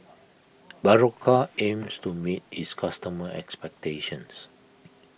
Berocca aims to meet its customers' expectations